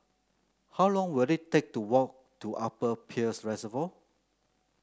how long will it take to walk to Upper Peirce Reservoir